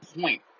point